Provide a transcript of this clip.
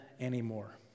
anymore